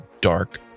dark